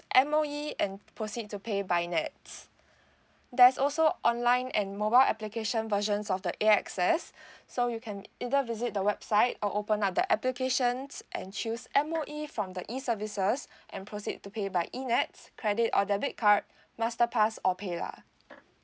M_O_E and proceed to pay by nets there's also online and mobile application versions of the A X S so you can either visit the website or open up the applications and choose M_O_E from the E services and proceed to pay by enets credit or debit card master pass or